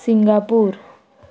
Singapore